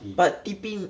but T_P